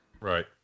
Right